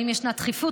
האם ישנה דחיפות,